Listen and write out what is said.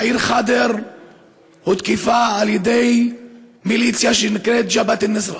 העיר ח'דר הותקפה על ידי מיליציה שנקראת ג'בהת א-נוסרה